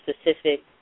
specific